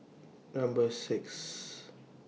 Number six